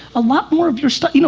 a lot more of your stuff, you know